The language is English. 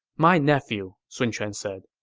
my nephew, sun quan said,